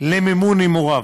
למימון הימוריו.